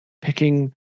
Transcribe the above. picking